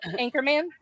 Anchorman